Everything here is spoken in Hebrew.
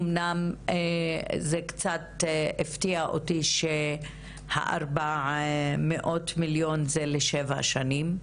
אמנם זה קצת הפתיע אותי שה-400 מיליון הם לשבע שנים.